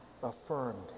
affirmed